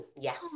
yes